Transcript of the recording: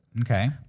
Okay